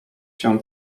się